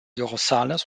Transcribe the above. rosales